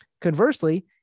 Conversely